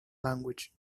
language